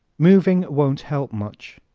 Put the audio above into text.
moving won't help much